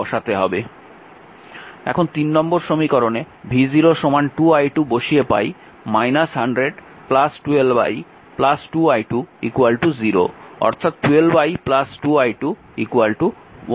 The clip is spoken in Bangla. এখন নম্বর সমীকরণে v0 2 i2 বসিয়ে পাই 100 12i 2i2 0 অর্থাৎ 12i 2i2 100